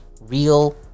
real